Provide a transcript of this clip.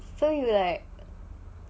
so you like